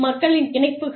மக்களின் இணைப்புகள்